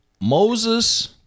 Moses